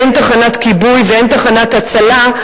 אין תחנת כיבוי ואין תחנת הצלה,